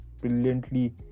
brilliantly